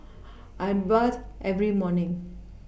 I bathe every morning